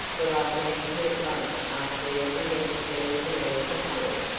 but i fancy it won't after all be necessary for me to hurry.